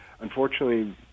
Unfortunately